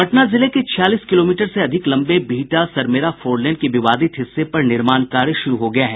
पटना जिले के छियालीस किलोमीटर से अधिक लम्बे बिहटा सरमेरा फोन लेन के विवादित हिस्से पर निर्माण कार्य शुरू हो गया है